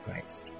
christ